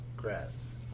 grass